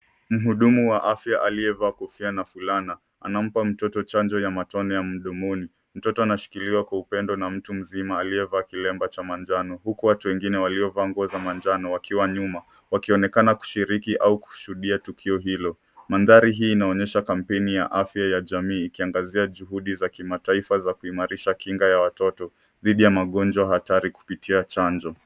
Mhudumu wa afya aliyevaa kofia na fulana anampa mtoto chanjo ya matone ya mdomoni. Mtoto anashikiliwa kwa upendo na mtu mzima aliyevaa kilemba cha manjano huku watu wengine waliovaa nguo za manjano wakiwa nyuma wakionekana kushiriki au kushuhudia tukio hilo. Mandhari hii inaonyesha kampeni ya afya ya jamii ikiangazia juhudi za kimataifa za kuimarisha kinga za watoto dhidi ya magonjwa hatari kupitia chanjo.